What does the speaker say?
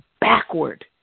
backward